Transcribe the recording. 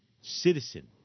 citizen